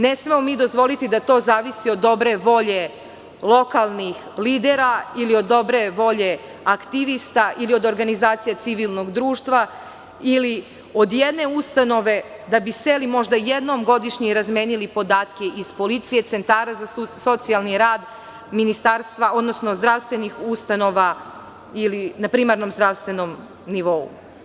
Ne smemo mi dozvoliti da to zaviti od dobre volje lokalnih lidera, ili od dobre volje aktivista, ili od organizacija civilnog društva, ili od jedne ustanove, da bi seli možda jednom godišnje i razmenili podatke iz policije, centara za socijalni rad, ministarstva, odnosno zdravstvenih ustanova na primarnom zdravstvenom nivou.